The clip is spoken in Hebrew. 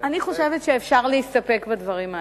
אני חושבת שאפשר להסתפק בדברים האלה.